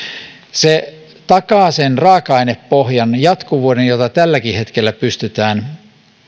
se takaa sen raaka ainepohjan jatkuvuuden jota tälläkin hetkellä pystytään